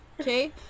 Okay